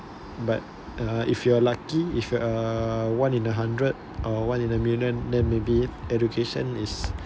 but uh if you are lucky if you are uh one in a hundred or one in a million then maybe education is